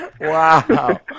Wow